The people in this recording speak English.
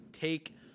take